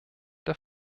der